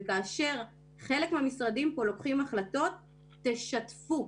כאשר חלק מהמשרדים פה לוקחים החלטות אז שישתפו.